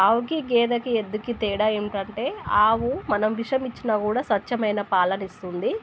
ఆవుకి గేదకి ఎద్దుకి తేడా ఏంటంటే ఆవు మనం విషమిచ్చినా కూడా స్వచ్ఛమైన పాలనిస్తుంది